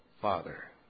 Father